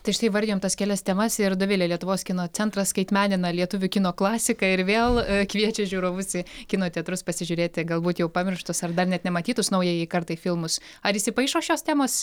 tai štai įvardijom tas kelias temas ir dovile lietuvos kino centras skaitmenina lietuvių kino klasiką ir vėl kviečia žiūrovus į kino teatrus pasižiūrėti galbūt jau pamirštus ar dar net nematytus naujajai kartai filmus ar įpaišo šios temos